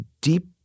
deep